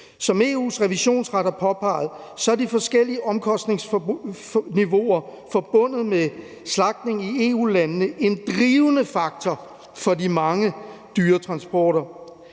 Europæiske Revisionsret har påpeget, er de forskellige omkostningsniveauer forbundet med slagtning i EU-landene en drivende faktor for de mange dyretransporter.